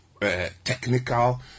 Technical